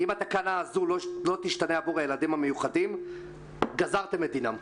אם התקנה הזו לא תשתנה עבור הילדים המיוחדים גזרתם את דינם.